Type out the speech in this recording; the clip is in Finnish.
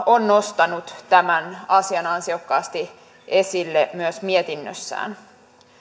on nostanut tämän asian ansiokkaasti esille myös mietinnössään